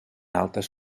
altes